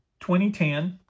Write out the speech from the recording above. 2010